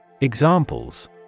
Examples